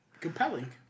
Compelling